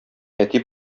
әти